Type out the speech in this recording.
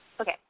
Okay